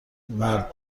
مرد